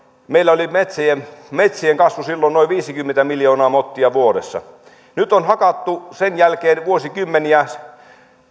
meillä oli metsien kasvu silloin noin viisikymmentä miljoonaa mottia vuodessa nyt on hakattu sen jälkeen vuosikymmeniä